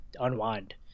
unwind